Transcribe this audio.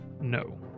no